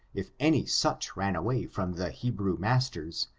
if any such ran away from the hebrew masters,